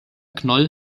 knoll